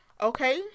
Okay